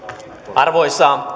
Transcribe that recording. arvoisa